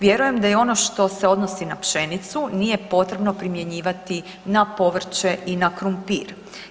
Vjerujem da i ono što se odnosi na pšenicu nije potrebno primjenjivati na povrće i na krumpir.